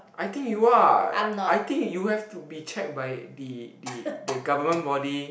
I think you are I think you have to be check by the the the government body